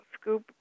scoop